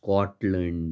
Scotland